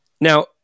Now